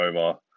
over